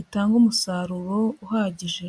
itange umusaruro uhagije.